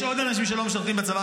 יש עוד אנשים שלא משרתים בצבא,